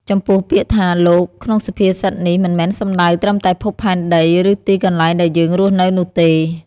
ចំពោះ ពាក្យថា "លោក" ក្នុងសុភាសិតនេះ មិនមែនសំដៅត្រឹមតែភពផែនដី ឬទីកន្លែងដែលយើងរស់នៅនោះទេ។